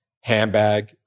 handbag